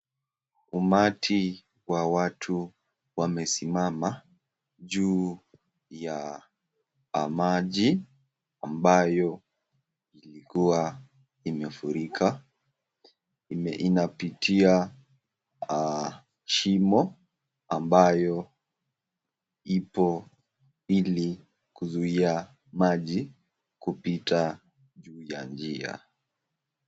Umati wa watu wamesimama juu ya maji ambayo ilikuwa imefurika. Inapitia shimo ambayo ipo ili kuzuia maji kupita juu ya njia.